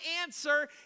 answer